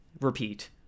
repeat